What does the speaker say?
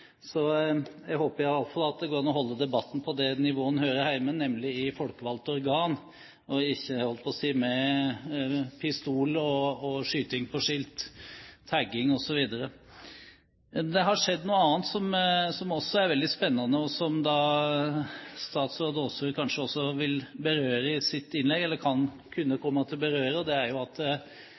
at det går an å holde debatten på det nivået den hører hjemme, nemlig i folkevalgte organ og ikke med pistol, skyting på skilt, tagging osv. Det har skjedd noe annet som også er veldig spennende, og som statsråd Aasrud kanskje kunne komme til å berøre i sitt innlegg.